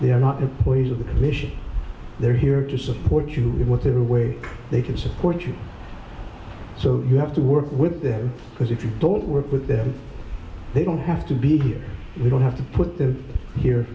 they're not employees of the commission they're here to support you in whatever way they can support you so you have to work with them because if you thought work with them they don't have to be here we don't have to put the here